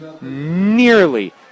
nearly